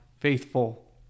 faithful